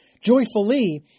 Joyfully